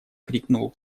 крикнул